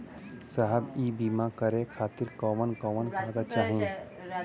साहब इ बीमा करें खातिर कवन कवन कागज चाही?